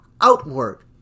outward